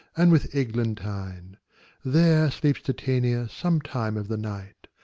and with eglantine there sleeps titania sometime of the night,